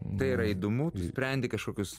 tai yra įdomu tu sprendi kažkokius